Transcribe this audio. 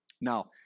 Now